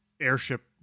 airship